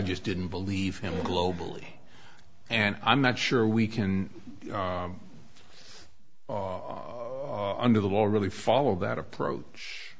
just didn't believe him globally and i'm not sure we can under the law really follow that approach